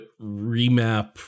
remap